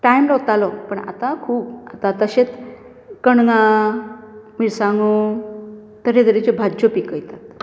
time रवतालो पण आता खू आता तशेंत कणंगा मिरसांगो तरे तरेच्यो भाज्यो पिकयतात